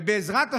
ובעזרת השם,